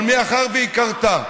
אבל מאחר שהיא קרתה,